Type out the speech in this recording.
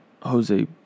Jose